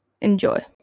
Enjoy